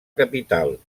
capital